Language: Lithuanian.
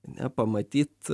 ane pamatyt